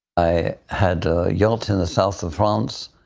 i had a yacht in the south of france,